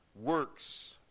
works